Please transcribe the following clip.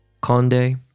Conde